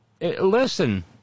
Listen